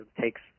takes